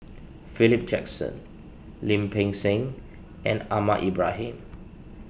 Philip Jackson Lim Peng Siang and Ahmad Ibrahim